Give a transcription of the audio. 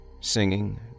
Singing